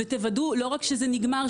ותוודאו לא רק שזה נגמר,